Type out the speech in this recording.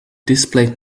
displayed